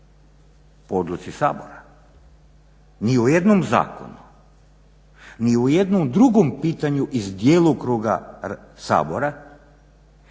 odluci Sabora ni o jednom zakonu, ni o jednom drugom pitanju iz djelokruga Sabora,